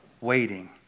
waiting